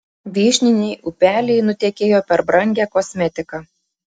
vyšniniai upeliai nutekėjo per brangią kosmetiką